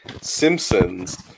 Simpsons